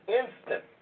instant